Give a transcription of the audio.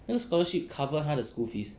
那个 scholarship cover 他的 school fees